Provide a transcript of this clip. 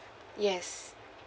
yes